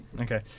okay